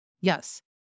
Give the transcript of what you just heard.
Yes